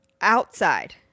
Outside